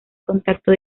contacto